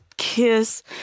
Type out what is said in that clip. kiss